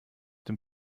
dem